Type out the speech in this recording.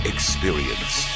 Experience